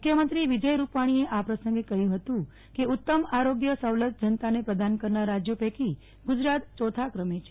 મુખ્યમંત્રી વિજય રૂપાણીએ આ પ્રસંગે કહ્યું કે ઉતમ આરોગ્ય સવલત જનતાને પ્રદાન કરનાર રાજ્યો પૈકી ગુજરાત ચોથા કમે છે